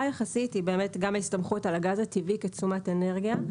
יחסית זה גם ההסתמכות על הגז הטבעי כתשומת אנרגיה,